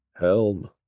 Helm